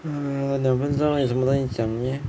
ah 两分钟有什么东西讲 eh